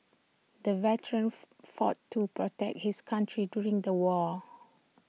the veteran fought to protect his country during the war